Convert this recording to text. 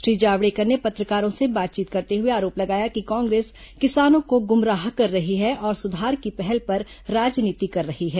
श्री जावड़ेकर ने पत्रकारों से बातचीत करते हुए आरोप लगाया कि कांग्रेस किसानों को गुमराह कर रही है और सुधार की पहल पर राजनीति कर रही है